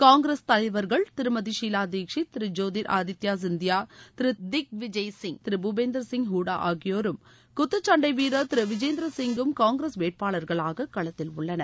காங்கிரஸ் தலைவர்கள் திருமதி ஷீலா தீக்ஷித் திரு ஜோதிர் ஆதித்ய சிந்தியா திரு திக் விஜய் சிங் திரு பூபேந்தர் சிங் ஹூடா ஆகியோரும் குத்துச்சண்டை வீரர் திரு விஜேந்தர் சிங்கும் காங்கிரஸ் வேட்பாளர்களாக களத்தில் உள்ளனர்